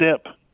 step